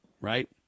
right